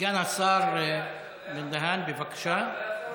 סגן השר בן-דהן, בבקשה.